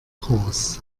groß